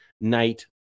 night